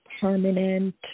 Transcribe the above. permanent